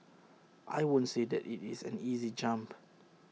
I won't say that IT is an easy jump